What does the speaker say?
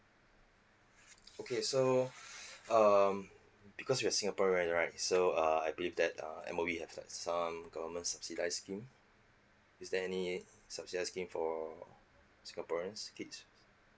okay so um because we're singaporean right so uh I believe that uh M_O_E have like some government subsidise scheme is there any subsidise scheme for singaporeans kids